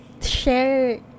share